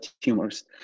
tumors